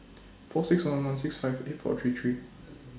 four six one one six five eight four three three